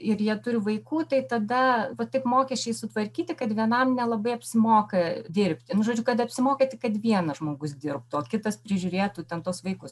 ir jie turi vaikų tai tada va taip mokesčiai sutvarkyti kad vienam nelabai apsimoka dirbti nu žodžiu kad apsimoka tik kad vienas žmogus dirbtų o kitas prižiūrėtų ten tuos vaikus